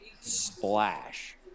splash